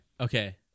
Okay